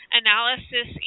analysis